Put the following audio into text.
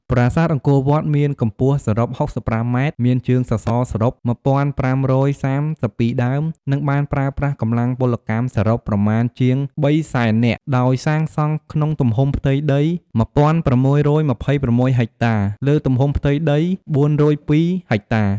ប្រាសាទអង្គរវត្ត មានកម្ពស់សរុប ៦៥ម៉ែត្រ មានជើងសសរសរុប ១៥៣២ ដើម និងបានប្រើប្រាស់កម្លាំងពលកម្មសរុប ប្រមាណជា ៣០០,០០០ (៣សែននាក់) ដោយសាងសង់ក្នុងទំហំផ្ទៃដី ១៦២,៦ ហិចតា លើទំហំផ្ទៃដីសរុប ៤០២ ហិចតា។